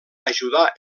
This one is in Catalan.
ajudar